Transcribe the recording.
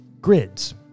grids